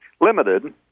limited